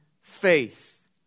faith